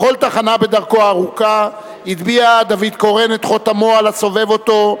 בכל תחנה בדרכו הארוכה הטביע דוד קורן את חותמו על הסובב אותו,